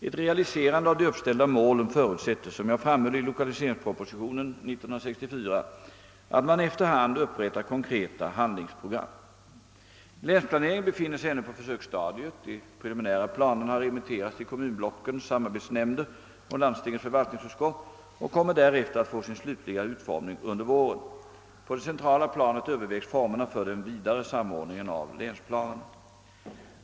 Ett realiserande av de uppställda målen förutsätter, som jag framhöll i lokaliseringspropositionen år 1964, ati man efter hand upprättar konkreta handlingsprogram. Länsplaneringen befinner sig ännu på försöksstadiet. De preliminära planerna har remitterats till kommunblockens samarbetsnämnder och landstingens förvaltningsutskott och kommer därefter att få sin slutliga utformning under våren. På det centrala planet övervägs formerna för den vidare samordningen av länsplanerna.